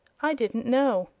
i didn't know.